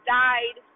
died